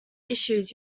issues